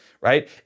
right